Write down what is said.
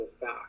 back